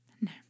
No